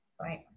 Right